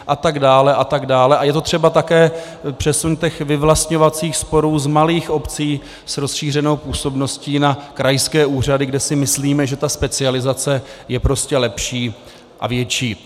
A je to třeba také přesun těch vyvlastňovacích sporů z malých obcí s rozšířenou působností na krajské úřady, kde si myslíme, že ta specializace je prostě lepší a větší.